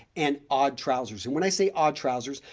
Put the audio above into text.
and odd trousers. and when i say odd trousers,